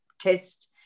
test